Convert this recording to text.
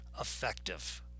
effective